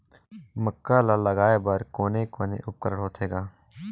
मक्का ला लगाय बर कोने कोने उपकरण होथे ग?